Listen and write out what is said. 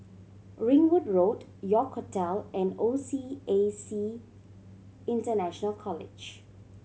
Ringwood Road York Hotel and O C A C International College